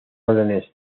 órdenes